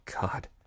God